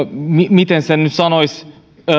miten sen nyt sanoisi